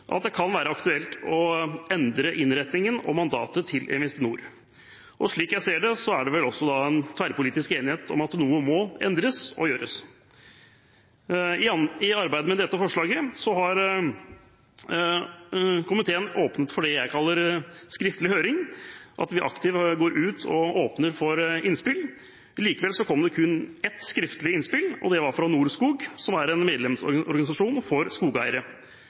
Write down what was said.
at det kan være aktuelt å endre innretningen og mandatet til Investinor AS. Og slik jeg ser det, er det vel også tverrpolitisk enighet om at noe må endres og gjøres. I arbeidet med dette forslaget har komiteen åpnet for det jeg kaller skriftlig høring, at vi aktivt gikk ut og åpnet for innspill. Likevel kom det kun ett skriftlig innspill. Det var fra NORSKOG, som er en medlemsorganisasjon for skogeiere.